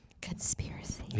conspiracy